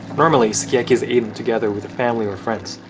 normally sukiyaki is eaten together with family or friends,